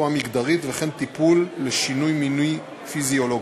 המגדרית וכן טיפול לשינוי מיני פיזיולוגי.